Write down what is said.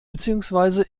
beziehungsweise